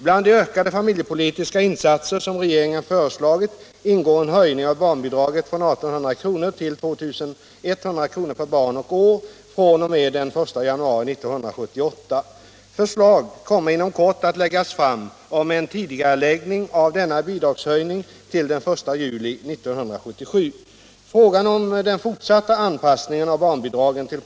Bland de ökade familjepolitiska insatser som regeringen föreslagit ingår en höjning av barnbidraget från 1800 kr. till 2100 kr. per barn och år fr.o.m. den 1 januari 1978. Förslag kommer inom kort att läggas fram om en tidigareläggning av denna bidragshöjning till den 1 juli 1977. Frågan om den fortsatta anpassningen av barnbidragen til!